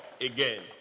again